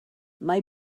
mae